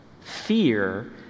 fear